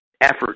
effort